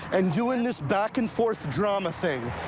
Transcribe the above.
and doing this back-and-forth drama thing.